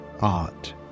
art